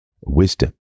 wisdom